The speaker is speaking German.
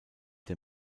der